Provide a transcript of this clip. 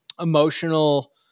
emotional